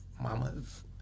mamas